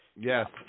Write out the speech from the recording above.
Yes